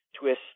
twist